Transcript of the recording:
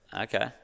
okay